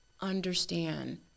understand